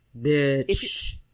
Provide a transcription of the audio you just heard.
Bitch